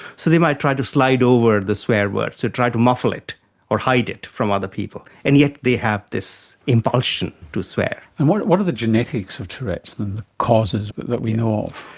so they might try to slide over the swear words, try to muffle it or hide it from other people, and yet they have this impulsion to swear. and what what are the genetics of tourette's, the causes but that we know of?